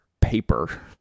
paper